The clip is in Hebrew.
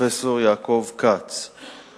פרופסור יעקב כץ.